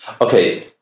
okay